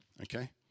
okay